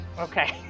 Okay